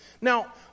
Now